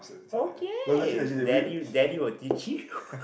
okay daddy daddy will teach you